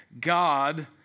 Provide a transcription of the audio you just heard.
God